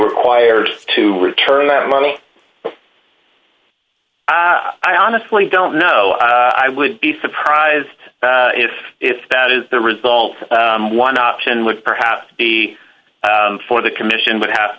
required to return that money i honestly don't know i would be surprised if if that is the result one option would perhaps be for the commission would have